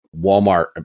Walmart